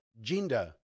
gender